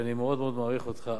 שאני מאוד מאוד מעריך אותך,